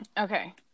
Okay